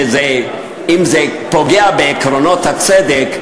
שאם זה פוגע בעקרונות הצדק,